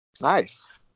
nice